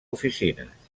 oficines